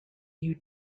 you